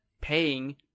paying